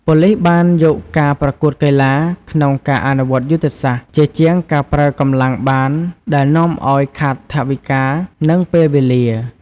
ប៉ូលិសបានយកការប្រគួតកីឡា ក្នុងការអនុវត្តយុទ្ធសាស្ត្រ ជាជាងការប្រើកម្លាំងបានដែលនាំអោយខាតថវិកា និងពេលវេលា។